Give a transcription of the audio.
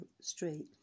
Street